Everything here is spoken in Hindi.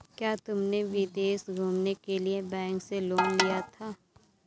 क्या तुमने विदेश घूमने के लिए बैंक से लोन लिया था?